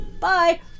bye